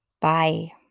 Bye